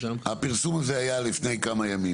הפרסום הזה היה לפני כמה ימים,